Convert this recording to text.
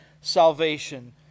salvation